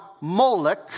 Moloch